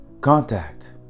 contact